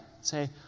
Say